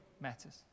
matters